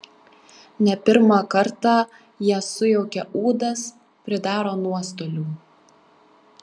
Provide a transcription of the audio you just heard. ne pirmą kartą jie sujaukia ūdas pridaro nuostolių